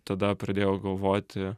tada pradėjau galvoti